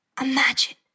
Imagine